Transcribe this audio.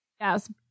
Yes